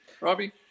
Robbie